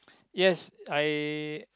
yes I